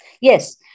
Yes